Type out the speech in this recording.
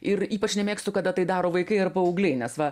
ir ypač nemėgstu kada tai daro vaikai ar paaugliai nes va